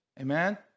Amen